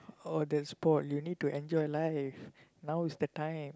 oh that's bored you need to enjoy life now is the time